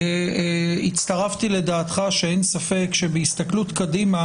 הצטרפתי לדעתך שאין ספק שבהסתכלות קדימה